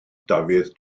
dafydd